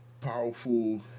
powerful